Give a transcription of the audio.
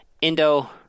Indo